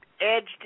edged